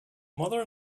mother